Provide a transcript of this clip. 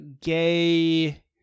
gay